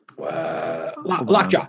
Lockjaw